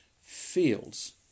fields